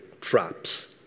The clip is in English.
traps